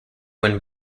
win